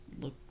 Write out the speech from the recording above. look